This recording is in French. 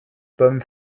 pommes